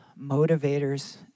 motivators